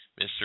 Mr